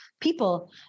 people